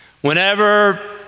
Whenever